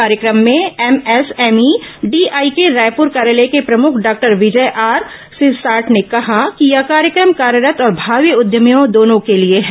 कार्यक्रम में MSME DI के रायपुर कार्यालय के प्रमुख डॉक्टर विजय आर सिरसाठ ने कहा कि यह कार्यक्रम कार्यरत् और भावी उद्यभियों दोनों के लिए है